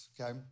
Okay